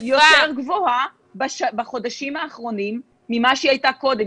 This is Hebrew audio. התמותה במדינת ישראל יותר גבוהה בחודשים האחרונים ממה שהיא הייתה קודם,